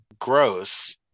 gross